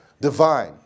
divine